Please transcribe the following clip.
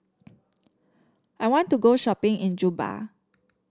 I want to go shopping in Juba